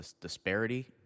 disparity